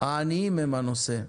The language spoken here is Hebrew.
העניים הם הנושא.